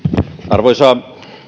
arvoisa